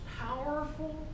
powerful